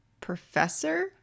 professor